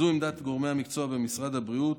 זו עמדת גורמי המקצוע במשרד הבריאות.